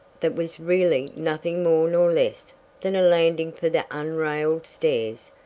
that was really nothing more nor less than a landing for the unrailed stairs,